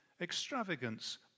Extravagance